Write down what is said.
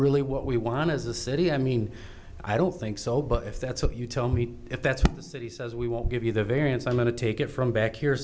really what we want as a city i mean i don't think so but if that's what you tell me if that's the city says we won't give you the variance i'm going to take it from back here